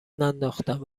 ننداختم